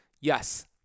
Yes